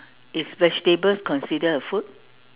is vegetable considered a food